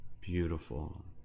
Beautiful